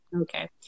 Okay